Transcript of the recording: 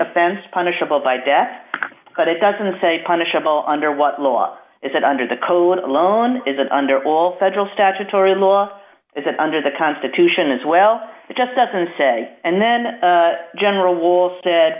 offense punishable by death but it doesn't say punishable under what law is it under the cologne alone is it under all federal statutory law is it under the constitution as well it just doesn't say and then general will said